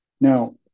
Now